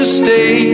stay